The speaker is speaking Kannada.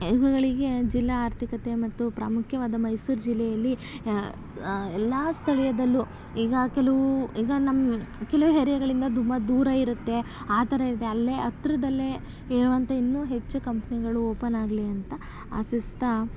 ಇವುಗಳಿಗೆ ಜಿಲ್ಲಾ ಆರ್ಥಿಕತೆ ಮತ್ತು ಪ್ರಾಮುಖ್ಯವಾದ ಮೈಸೂರು ಜಿಲ್ಲೆಯಲ್ಲಿ ಎಲ್ಲ ಸ್ಥಳಿಯದಲ್ಲೂ ಈಗ ಕೆಲವು ಈಗ ನಮ್ಮ ಕೆಲವು ಏರಿಯಾಗಳಿಂದ ತುಂಬ ದೂರ ಇರುತ್ತೆ ಆ ಥರ ಇದ್ದರೆ ಅಲ್ಲೇ ಹತ್ತಿರದಲ್ಲೇ ಇರುವಂಥ ಇನ್ನೂ ಹೆಚ್ಚು ಕಂಪನಿಗಳು ಒಪನ್ನಾಗ್ಲಿ ಅಂತ ಆಶಿಸ್ತಾ